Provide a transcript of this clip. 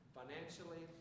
financially